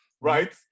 right